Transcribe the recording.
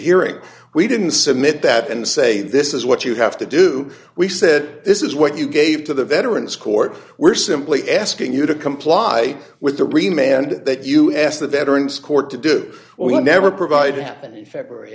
hearing we didn't submit that and say this is what you have to do we said this is what you gave to the veterans court we're simply asking you to comply with the remain and that you asked the veterans court to do we'll never provide happened in february